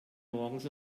morgens